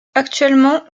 actuellement